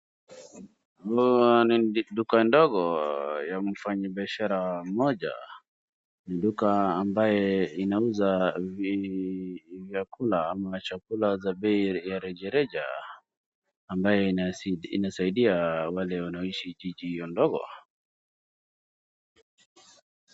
Ni duka ndogo ya mfanyibiashara mmoja ,ni duka ambaye inauza vyakula ama chakula za bei ya rejareja ambaye inasaidia wale wanaoishi jiji hiyo ndogo.